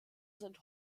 sind